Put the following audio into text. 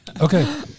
Okay